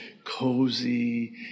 cozy